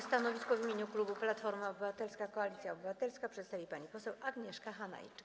Stanowisko w imieniu klubu Platforma Obywatelska - Koalicja Obywatelska przedstawi pani poseł Agnieszka Hanajczyk.